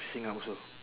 facing up also